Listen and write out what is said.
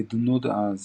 נדנוד עז